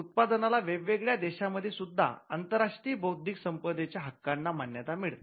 त्यामुळे त्या उत्पादनाला वेगवेगळ्या देशामध्ये सुद्धा आंतरराष्ट्रीय बौद्धिक संपदेच्या हक्काना मान्यता मिळते